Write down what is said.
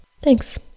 Thanks